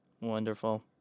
Wonderful